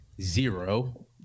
zero